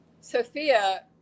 sophia